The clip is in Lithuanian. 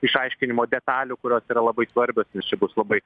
išaiškinimo detalių kurios yra labai svarbios nes čia bus labai